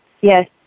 Yes